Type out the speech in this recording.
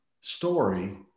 story